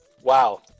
Wow